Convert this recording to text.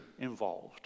involved